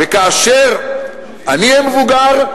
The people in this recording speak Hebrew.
וכאשר אני אהיה מבוגר,